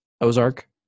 Ozark